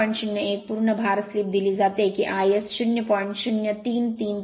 ०१ पूर्ण भार स्लीप दिली जाते की iS ०